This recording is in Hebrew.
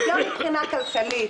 גם מבחינה כלכלית,